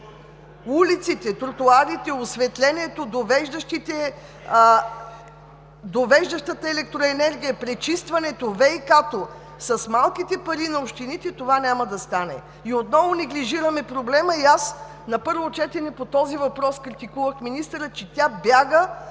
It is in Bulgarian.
улиците, тротоарите, осветлението, довеждащата електроенергия, пречистването, ВиК-то това няма да стане и отново неглижираме проблема. На първо четене по този въпрос критикувах министъра, че бяга